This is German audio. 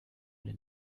den